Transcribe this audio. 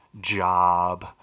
job